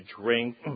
drink